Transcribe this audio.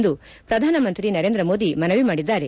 ಎಂದು ಪ್ರಧಾನಮಂತ್ರಿ ನರೇಂದ್ರ ಮೋದಿ ಮನವಿ ಮಾಡಿದ್ದಾರೆ